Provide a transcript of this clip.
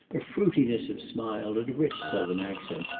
a fruitiness of smile, and a rich southern accent,